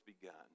begun